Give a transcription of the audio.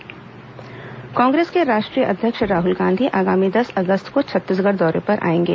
राहुल गांधी छत्तीसगढ़ कांग्रेस के राष्ट्रीय अध्यक्ष राहुल गांधी आगामी दस अगस्त को छत्तीसगढ़ दौरे पर आएंगे